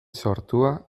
sortua